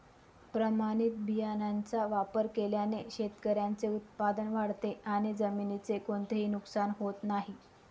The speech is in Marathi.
प्रमाणित बियाण्यांचा वापर केल्याने शेतकऱ्याचे उत्पादन वाढते आणि जमिनीचे कोणतेही नुकसान होत नाही